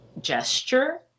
gesture